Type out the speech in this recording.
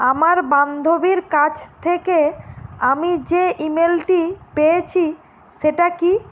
আমার বান্ধবীর কাছ থেকে আমি যে ইমেলটি পেয়েছি সেটা কী